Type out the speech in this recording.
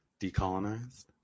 decolonized